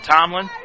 Tomlin